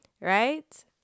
right